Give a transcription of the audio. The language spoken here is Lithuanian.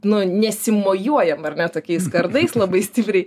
nu nesimojuojam ar ne tokiais kardais labai stipriai